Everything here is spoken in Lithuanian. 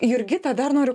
jurgita dar noriu